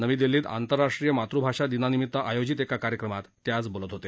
नवी दिल्लीत आंतरराष्ट्रीय मातृभाषा दिनानिमित आयोजित एका कार्यक्रमात ते आज बोलत होते